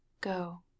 go